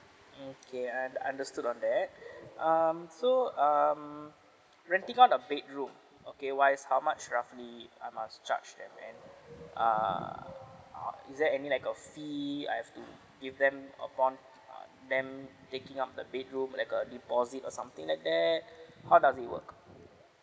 mm kay~ I understood on that um so um renting out a bedroom okay wise how much roughly I must charge them and ah uh is there any a fee I have to give them upon uh them taking up the bedroom like a deposit or something like that how does it work